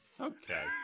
Okay